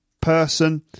person